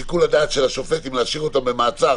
שיקול הדעת של השופט אם להשאיר אותם במעצר